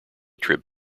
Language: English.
trip